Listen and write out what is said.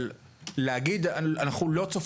כמה כסף יש-